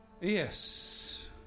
Yes